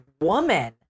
woman